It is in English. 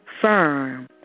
firm